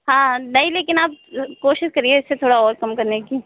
हाँ नहीं लेकिन आप कोशिश करिए इससे थोड़ा और कम करने की